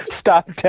stop